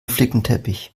flickenteppich